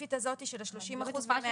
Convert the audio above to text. ספציפית על זאת של ה-30% ו-100%.